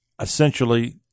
essentially